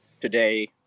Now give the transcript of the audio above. today